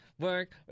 work